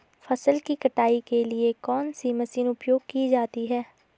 फसल की कटाई के लिए कौन सी मशीन उपयोग की जाती है?